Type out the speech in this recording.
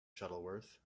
shuttleworth